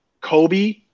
Kobe